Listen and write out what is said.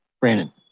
brandon